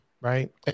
right